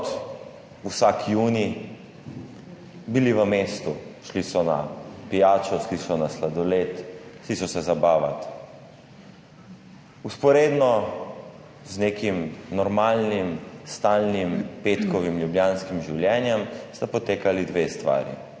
vsak junij bili v mestu, šli so na pijačo, šli so na sladoled, šli so se zabavat. Vzporedno z nekim normalnim, stalnim petkovim ljubljanskim življenjem sta potekali dve stvari,